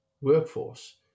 workforce